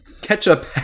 Ketchup